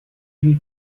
lui